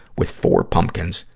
with four pumpkins,